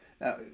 Now